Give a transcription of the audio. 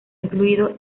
incluido